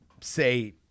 say –